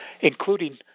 including